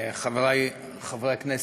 חברי חברי הכנסת,